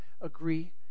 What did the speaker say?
agree